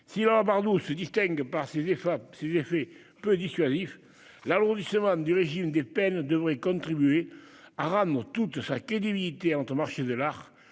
Si la loi Bardoux se distingue par ses effets peu dissuasifs, l'alourdissement du régime des peines devrait contribuer à rendre toute sa crédibilité à notre marché de l'art-